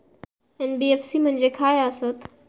NBFC म्हणजे खाय आसत?